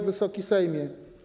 Wysoki Sejmie!